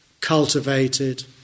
cultivated